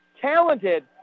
talented